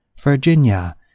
Virginia